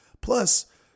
Plus